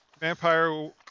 Vampire